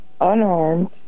unarmed